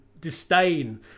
disdain